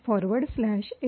out